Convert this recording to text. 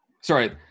Sorry